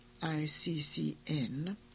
ICCN